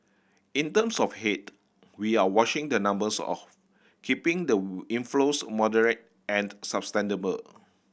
in terms of head we are watching the numbers of keeping the inflows moderate and sustainable